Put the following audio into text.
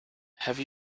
have